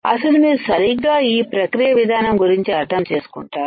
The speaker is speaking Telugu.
అసలు మీరు సరిగ్గా ఈ ప్రక్రియ విధానం గురించి అర్థం చేసుకుంటారు